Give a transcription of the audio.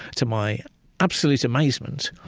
to my absolute amazement,